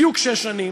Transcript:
בדיוק שש שנים,